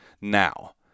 Now